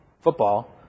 football